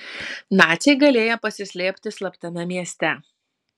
naciai galėję pasislėpti slaptame mieste